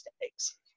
mistakes